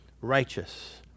righteous